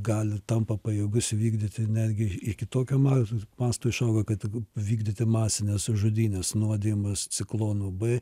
gali tampa pajėgus vykdyti netgi iki tokio ma masto išauga kad vykdyti masines žudynes nuodijamus ciklonu b